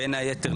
בין היתר,